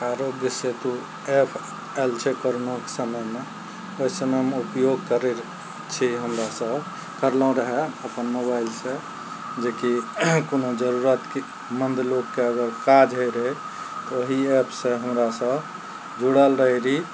आरोग्य Setu app आयल छै करोनाक समयमे ओइ समयमे उपयोग करय रहय छियै हम्मे सब करलहुँ रहय अपन मोबाइलसँ जेकि कोनो जरूरतमन्द लोकके अगर काज होइ रहय तऽ ओही ऐपसँ हमरा सब जुड़ल रहय रही